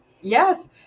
Yes